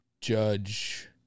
Judge